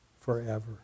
forever